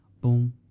boom